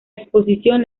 exposición